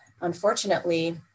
unfortunately